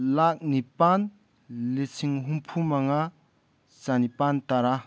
ꯂꯥꯛ ꯅꯤꯄꯥꯟ ꯂꯤꯁꯤꯡ ꯍꯨꯝꯐꯨ ꯃꯉꯥ ꯆꯅꯤꯄꯥꯟ ꯇꯔꯥ